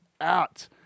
out